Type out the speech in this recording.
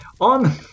On